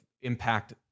impact